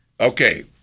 Okay